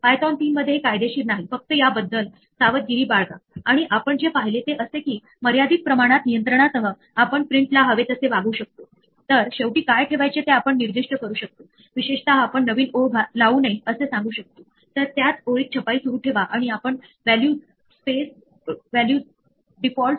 आपण हे देखील डिक्शनरी चे उदाहरणात बघितले की जेव्हा एखादी व्हॅल्यू समाविष्ट केली जाते की आपण प्रोग्रामिंग ची नवीन शैली विकसित करण्यासाठी एक्सेप्शन हँडलींग चा फायदा घेऊ शकतो आणि शेवटी आपण काय बघितले की जसे आपण पुढे गेलो आणि आपण इनपुट आउटपुट आणि फाईल हाताळायला सुरुवात केली एक्सेप्शन्स हे खरे तर खूप सामान्य असते जसे की आपण यापूर्वी एका उदाहरणात बघितले की आपण नमूद केले की एक फाईल सापडत नाही आहे किंवा एक डिस्क फुल आहे